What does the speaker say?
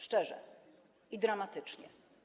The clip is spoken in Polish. Szczerze i dramatycznie.